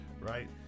Right